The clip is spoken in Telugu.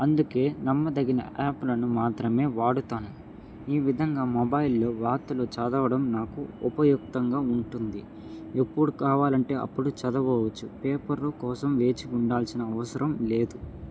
అందుకే నమ్మదగిన యాప్లను మాత్రమే వాడుతాను ఈ విధంగా మొబైల్లో వార్తలు చదవడం నాకు ఉపయక్తంగా ఉంటుంది ఎప్పుడు కావాలంటే అప్పుడు చదవచ్చు పేపర్లు కోసం వేచికుడాల్సిన అవసరం లేదు